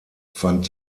fand